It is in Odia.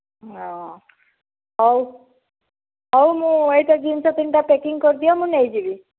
ହଁ ହଉ ହଉ ମୁଁ ଏଇଟା ଜିନିଷ ତିନିଟା ପ୍ୟାକିଂ କରିଦିଅ ମୁଁ ନେଇଯିବି